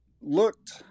Looked